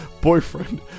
boyfriend